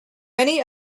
many